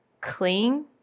clean